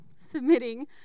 submitting